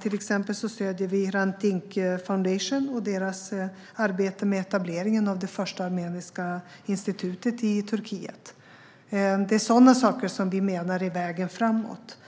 Till exempel stöder vi Hrant Dink Foundation och deras arbete med etableringen av det första armeniska institutet i Turkiet. Det är sådana saker som vi menar är vägen framåt.